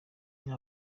aba